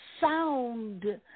sound